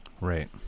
Right